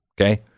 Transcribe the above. Okay